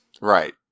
Right